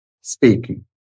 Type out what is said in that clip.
speaking